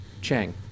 Chang